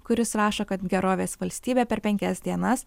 kuris rašo kad gerovės valstybė per penkias dienas